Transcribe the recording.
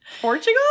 Portugal